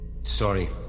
Sorry